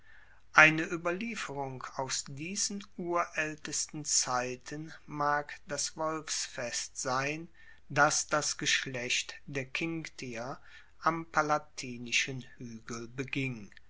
eine ueberlieferung aus diesen uraeltesten zeiten mag das wolfsfest sein das das geschlecht der quinctier am palatinischen huegel beging